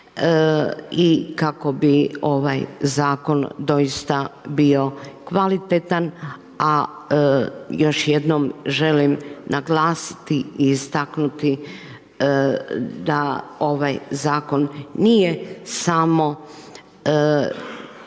i kako bi ovaj zakon doista bio kvalitetan a još jednom želim naglasiti i istaknuti da ovaj zakon nije samo